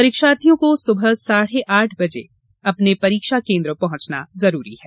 परीक्षार्थियों को सुबह साढ़े आठ बजे तक अपने परीक्षा केन्द्र पहुंचना आवश्यक है